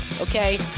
okay